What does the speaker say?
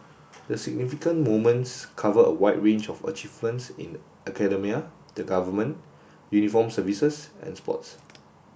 the significant moments cover a wide range of achievements in academia the government uniformed services and sports